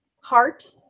heart